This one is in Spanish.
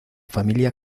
familia